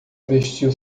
vestiu